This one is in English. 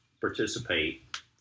participate